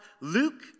Luke